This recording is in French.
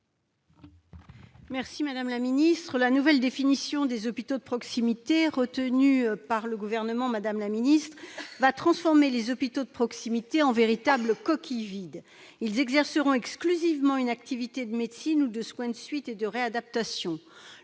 l'amendement n° 309. La nouvelle définition retenue par le Gouvernement va transformer les hôpitaux de proximité en véritables coquilles vides. Ils exerceront exclusivement une activité de médecine ou de soins de suite et de réadaptation.